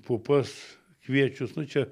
pupas kviečius nu čia